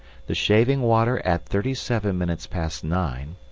the shaving-water at thirty-seven minutes past nine,